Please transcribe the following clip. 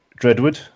Dreadwood